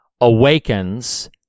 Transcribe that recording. awakens